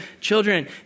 children